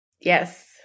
Yes